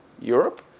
Europe